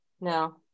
No